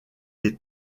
des